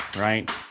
Right